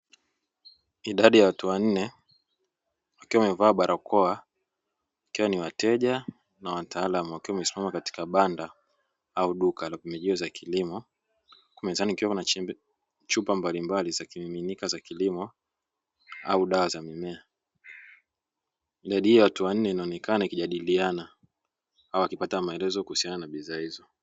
Idadi ya watu wanne ikiwa imevaa barakoa, ikiwa ni wateja na wataalamu wakiwa wamesimama katika banda au duka la pembejeo za kilimo. Mezani kukiwa na chupa mbalimbali za kimiminika za kilimo au dawa za mimea. Idadi hiyo ya watu wanne inaonekana ikijadiliana au wakipata maelezo kuhusiana na bidhaa hizo.